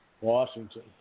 Washington